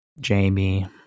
Jamie